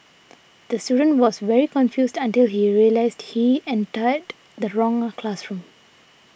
the student was very confused until he realised he entered the wrong classroom